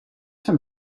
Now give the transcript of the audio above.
zijn